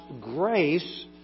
grace